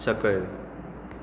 सकयल